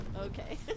Okay